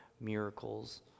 miracles